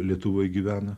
lietuvoj gyvena